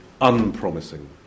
unpromising